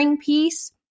piece